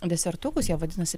desertukus jie vadinasi